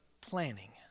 planning